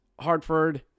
Hartford